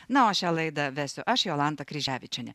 na o šią laidą vesiu aš jolanta kryževičienė